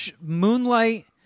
Moonlight